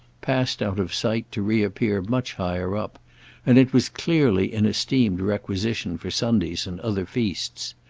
passed out of sight to reappear much higher up and it was clearly in esteemed requisition for sundays and other feasts.